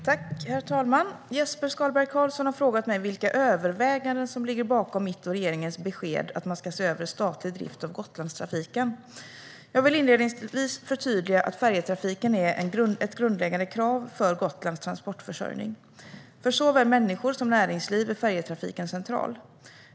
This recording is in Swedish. Herr talman! Jesper Skalberg Karlsson har frågat mig vilka överväganden som ligger bakom mitt och regeringens besked att man ska se över statlig drift av Gotlandstrafiken. Jag vill inledningsvis förtydliga att färjetrafiken är ett grundläggande krav för Gotlands transportförsörjning. För såväl människor som näringsliv är färjetrafiken central.